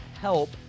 help